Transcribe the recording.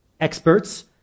experts